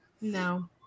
no